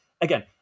Again